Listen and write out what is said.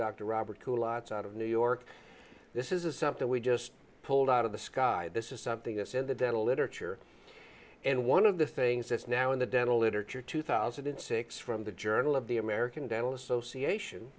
lots out of new york this is something we just pulled out of the sky this is something that's in the dental literature and one of the things that's now in the dental literature two thousand and six from the journal of the american dental association